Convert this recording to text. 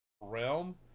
realm